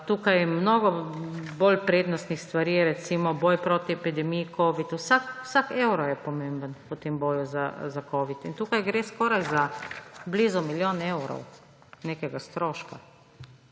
tukaj mnogo bolj prednostnih stvari, recimo boj proti epidemiji covida. Vsak evro je pomemben v tem boju proti covidu. In tukaj gre za blizu milijon evrov nekega stroška,